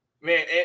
Man